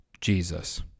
Jesus